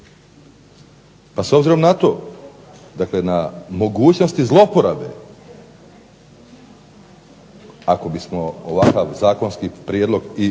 Pa s obzirom na to, dakle na mogućnosti zlouporabe ako bismo ovakav zakonski prijedlog i